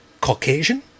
Caucasian